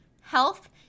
health